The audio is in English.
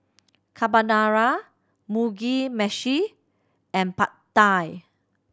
Carbonara Mugi Meshi and Pad Thai